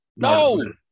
No